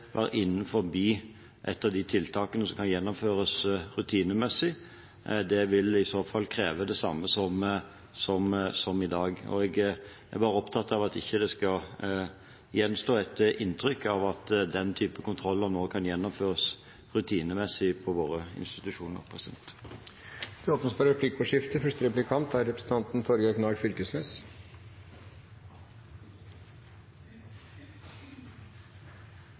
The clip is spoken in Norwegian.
være av de tiltakene som kan gjennomføres rutinemessig. Det vil i så fall kreve det samme som i dag. Jeg er opptatt av at det ikke skal gjenstå et inntrykk av at den typen kontroller nå kan gjennomføres rutinemessig på våre institusjoner. Det blir replikkordskifte. I § 4-6 andre ledd i innstillinga står det at ein kan innføre rutinekontroll for